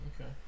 Okay